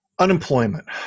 Unemployment